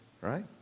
right